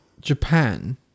Japan